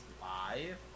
live